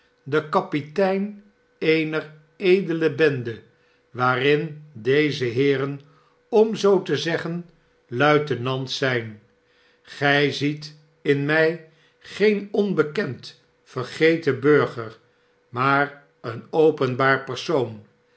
de kapitein eener edele bende waarin deze heeren om zoo te zeggen luitenants zijn gij ziet in mij geen onbekend vergeten burger maar een openbaar persoon